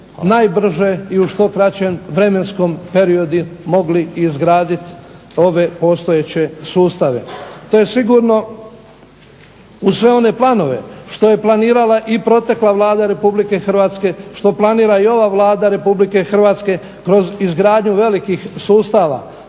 najbrže i u što kraćem vremenskom periodu mogli izgraditi ove postojeće sustave. To je sigurno uz sve one planove što je planirala i protekla Vlada Republike Hrvatske, što planira i ova Vlada Republike Hrvatske kroz izgradnju velikih sustava